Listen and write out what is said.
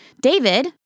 David